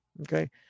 Okay